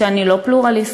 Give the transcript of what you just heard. שאני לא פלורליסטית,